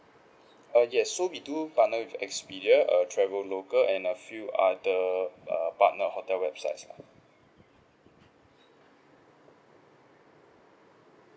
uh yeah so we do partner with expedia uh traveloka and a few other uh partner hotel websites lah